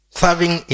serving